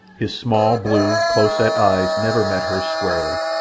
his small, blue, close-set eyes never met hers squarely.